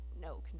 no